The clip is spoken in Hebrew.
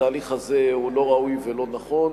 שהתהליך הזה לא ראוי ולא נכון,